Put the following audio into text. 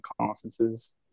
conferences